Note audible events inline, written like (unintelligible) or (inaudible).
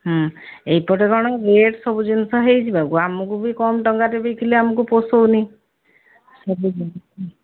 ହଁ ଏଇପଟେ କ'ଣ ରେଟ୍ ସବୁ ଜିନିଷ ହେଇଯିବାକୁ ଆମକୁ ବି କମ୍ ଟଙ୍କାରେ ବି ଥିଲେ ବି ଆମକୁ ପୋଷୋଉନି (unintelligible)